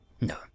No